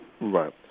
Right